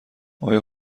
آیا